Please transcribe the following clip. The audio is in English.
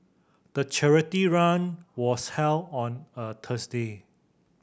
the charity run was held on a Thursday